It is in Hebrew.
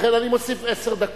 לכן, אני מוסיף עשר דקות.